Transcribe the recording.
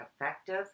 effective